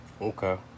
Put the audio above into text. Okay